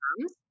comes